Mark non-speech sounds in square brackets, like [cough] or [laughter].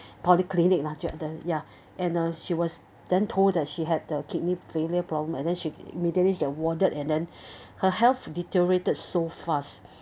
polyclinic lah ya [breath] and she was then told that she had the kidney failure problem and then she immediately then warded and then [breath] her health deteriorated so fast [breath]